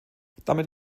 damit